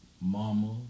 Mama